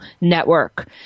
network